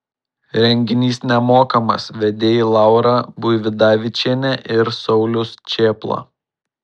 renginys nemokamas vedėjai laura buividavičienė ir saulius čėpla